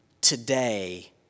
today